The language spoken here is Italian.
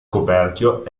coperchio